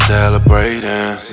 Celebrating